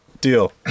Deal